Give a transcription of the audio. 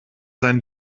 sein